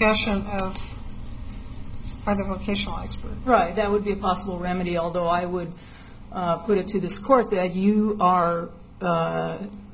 for right that would be possible remedy although i would put it to this court that you are